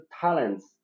talents